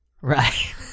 Right